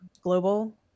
global